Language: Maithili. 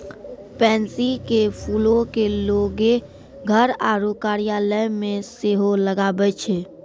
पैंसी के फूलो के लोगें घर आरु कार्यालय मे सेहो लगाबै छै